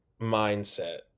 mindset